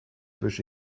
wische